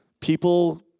People